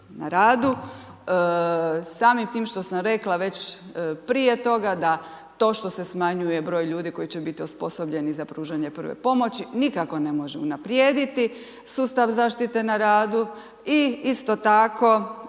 na radu. Samim time što sam rekla već prije toga da to što se smanjuje broj ljudi koji će biti osposobljeni za pružanje prve pomoći nikako ne može unaprijediti sustav zaštite na radu. I isto tako